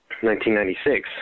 1996